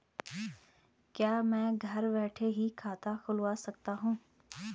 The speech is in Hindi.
क्या मैं घर बैठे ही खाता खुलवा सकता हूँ?